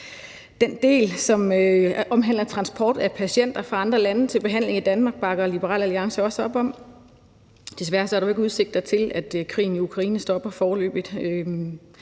Den del, som omhandler transport af patienter fra andre lande til behandling i Danmark, bakker Liberal Alliance også op om. Desværre er der jo ikke udsigt til, at krigen i Ukraine stopper foreløbig,